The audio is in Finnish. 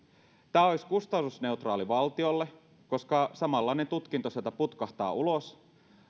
tämä olisi kustannusneutraali valtiolle koska samanlainen tutkinto sieltä putkahtaa ulos